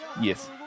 Yes